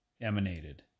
emanated